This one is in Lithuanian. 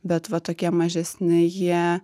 bet va tokie mažesni jie